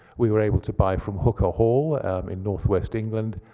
we were able to buy from hooker hall in northwest england,